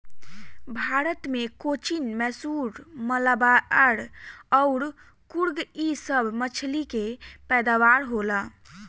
भारत मे कोचीन, मैसूर, मलाबार अउर कुर्ग इ सभ मछली के पैदावार होला